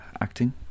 acting